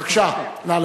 אז מה עשינו?